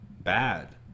Bad